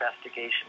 investigation